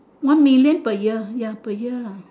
one million per year ya per year ah